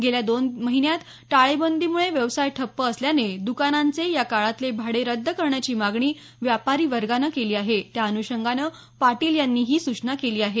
गेल्या दोन महिन्यात टाळेबंदीमुळे व्यवसाय ठप्प असल्याने दुकानांचे या काळातले भाडे रद्द करण्याची मागणी व्यापारी वर्गाने केली आहे त्याअनुषंगानं पाटील यांनी ही सूचना केली आहे